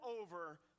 over